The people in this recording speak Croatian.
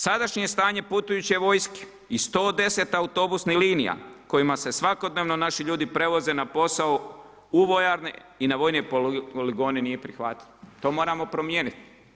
Sadašnje stanje putujuće vojske i 110 autobusnih linija, kojima se svakodnevno naši ljudi prevoze na posao u vojarni i na vojne poligone nije prihvatljiv, to moramo promijeniti.